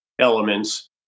elements